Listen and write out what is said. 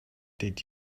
did